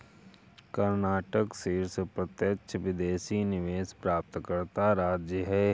कर्नाटक शीर्ष प्रत्यक्ष विदेशी निवेश प्राप्तकर्ता राज्य है